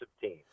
team